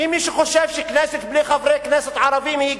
אם מישהו חושב שכנסת בלי חברי כנסת ערבים היא גן-עדן,